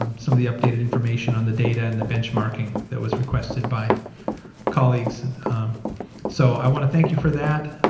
um some of the updated information on the data and the benchmarking that was requested by colleagues and um so i want to thank you for that